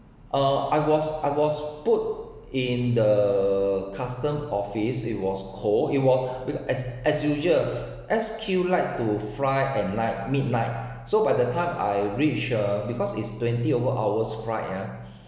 uh I was I was put in the customs office it was cold it was because as as usual S_Q like to fly at night midnight so by the time I reach uh because is twenty over hours flight ah